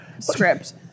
Script